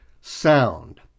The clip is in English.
sound